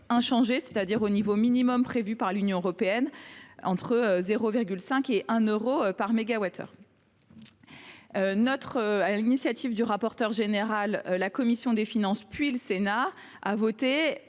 fixée au niveau minimum prévu par l’Union européenne, entre 0,5 et 1 euro par mégawattheure. Sur l’initiative de notre rapporteur général, la commission des finances puis le Sénat ont voté